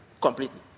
completely